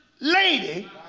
lady